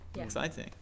exciting